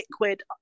liquid